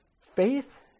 faith